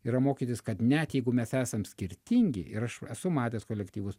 yra mokytis kad net jeigu mes esam skirtingi ir aš esu matęs kolektyvus